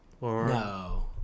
No